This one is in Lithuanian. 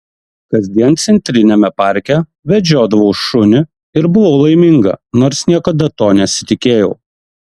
kasdien centriniame parke vedžiodavau šunį ir buvau laiminga nors niekada to nesitikėjau